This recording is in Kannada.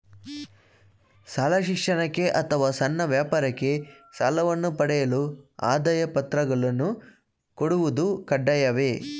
ಶಾಲಾ ಶಿಕ್ಷಣಕ್ಕೆ ಅಥವಾ ಸಣ್ಣ ವ್ಯಾಪಾರಕ್ಕೆ ಸಾಲವನ್ನು ಪಡೆಯಲು ಆದಾಯ ಪತ್ರಗಳನ್ನು ಕೊಡುವುದು ಕಡ್ಡಾಯವೇ?